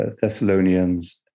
Thessalonians